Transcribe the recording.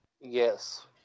Yes